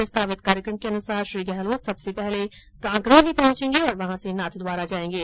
प्रस्तावित कार्यक्रम के अनुसार श्री गहलोत सबसे पहले कांकरोली पहुंचेंगे और वहां से नाथद्वारा जाएंगे